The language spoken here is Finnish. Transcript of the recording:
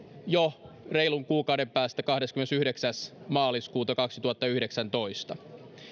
jo reilun kuukauden päästä kahdeskymmenesyhdeksäs maaliskuuta kaksituhattayhdeksäntoista